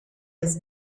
has